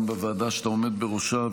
גם בוועדה שאתה עומד בראשה,